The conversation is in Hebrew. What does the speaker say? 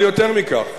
אבל יותר מכך,